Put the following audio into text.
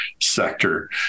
sector